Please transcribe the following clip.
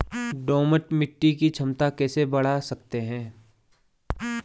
दोमट मिट्टी की क्षमता कैसे बड़ा सकते हैं?